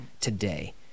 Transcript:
today